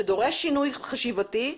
שדורש שינוי חשיבתי,